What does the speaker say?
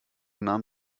nahm